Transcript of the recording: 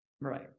right